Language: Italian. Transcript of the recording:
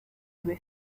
due